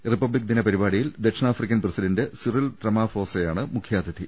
republic ദിന പരിപാടിയിൽ ദക്ഷിണാഫ്രിക്കൻ പ്രസിഡന്റ് സിറിൽ രമാഫോസയാണ് മുഖ്യാതിഥി